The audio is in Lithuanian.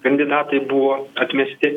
kandidatai buvo atmesti